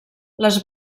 les